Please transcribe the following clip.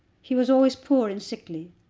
he was always poor and sickly.